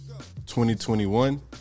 2021